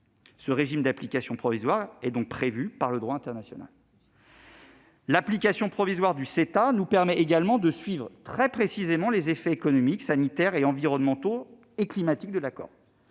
Ce régime d'application provisoire est donc prévu par le droit international. Un an ! L'application provisoire du CETA nous permet également de suivre très précisément les effets économiques, sanitaires, environnementaux et climatiques de l'accord,